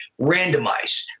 randomized